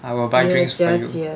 I will buy drinks for you